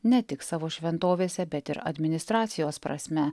ne tik savo šventovėse bet ir administracijos prasme